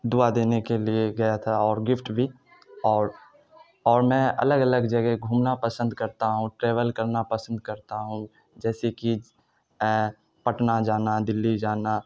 دعا دینے کے لیے گیا تھا اور گفٹ بھی اور میں الگ الگ جگہ گھومنا پسند کرتا ہوں ٹریول کرنا پسند کرتا ہوں جیسے کہ پٹنہ جانا دلی جانا